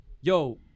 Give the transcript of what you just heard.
yo